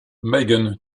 megan